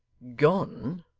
gone!